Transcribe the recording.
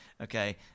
Okay